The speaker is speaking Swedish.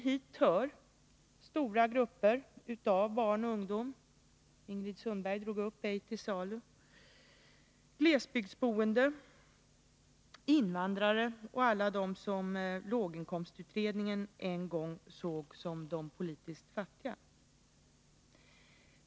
Hit hör stora grupper av barn och ungdom —- Ingrid Sundberg tog upp Ej till salu —, glesbygdsboende, invandrare och alla de som låginkomstutredningen en gång såg som de politiskt fattiga.